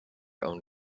own